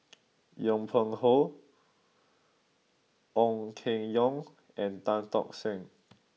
Yong Pung How Ong Keng Yong and Tan Tock San